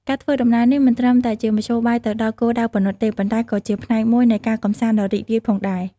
ការធ្វើដំណើរនេះមិនត្រឹមតែជាមធ្យោបាយទៅដល់គោលដៅប៉ុណ្ណោះទេ ប៉ុន្តែក៏ជាផ្នែកមួយនៃការកម្សាន្តដ៏រីករាយផងដែរ។